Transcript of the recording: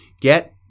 Get